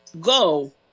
Go